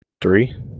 three